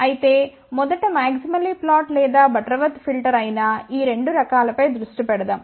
అయితే మొదట maximally flat లేదా బటర్వర్త్ ఫిల్టర్ అయిన ఈ 2 రకాలపై దృష్టి పెడదాం